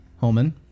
Holman